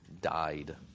died